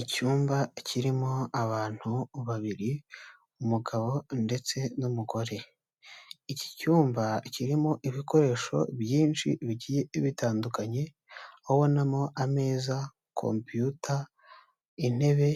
icyumba kirimo abantu babiri, umugabo ndetse n'umugore, iki cyumba kirimo ibikoresho byinshi bigiye bitandukanye, ubonamo ameza, kompuyuta, intebe